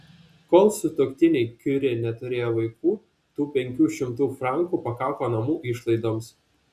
kol sutuoktiniai kiuri neturėjo vaikų tų penkių šimtų frankų pakako namų išlaidoms